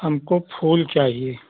हमको फूल चाहिए